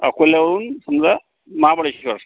अकोल्यावरून समजा महाबळेश्वर